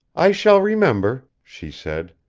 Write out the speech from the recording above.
i shall remember, she said.